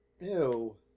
Ew